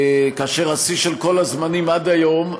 כאשר השיא של כל הזמנים, עד היום,